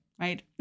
right